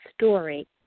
story